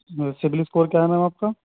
سبل score کیا ہے ma'am آپ کا